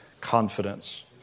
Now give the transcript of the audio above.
confidence